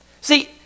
See